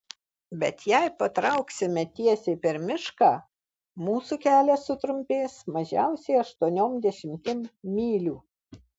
bet jei patrauksime tiesiai per mišką mūsų kelias sutrumpės mažiausiai aštuoniom dešimtim mylių